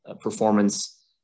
performance